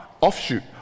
offshoot